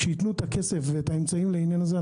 כשייתנו את הכסף ואת האמצעים לעניין הזה,